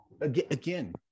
again